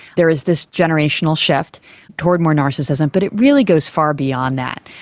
there is this generational shift toward more narcissism, but it really goes far beyond that.